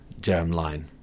germline